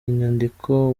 nyandiko